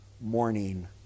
morning